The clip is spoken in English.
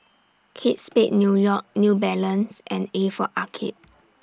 Kate Spade New York New Balance and A For Arcade